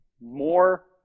more